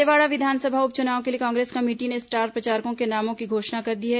दंतेवाड़ा विधानसभा उप चुनाव के लिए कांग्रेस ने स्टार प्रचारकों के नामों की घोषणा कर दी है